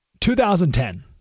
2010